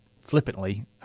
flippantly